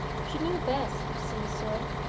she knew best, you see, sir.